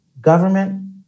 government